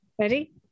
Ready